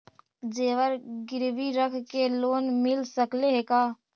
जेबर गिरबी रख के लोन मिल सकले हे का?